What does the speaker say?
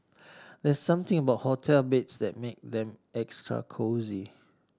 there's something about hotel beds that makes them extra cosy